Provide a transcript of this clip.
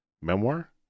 memoir